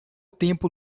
tempo